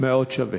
מאוד שווה.